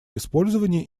использования